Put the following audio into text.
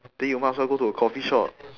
then you might as well go to a coffee shop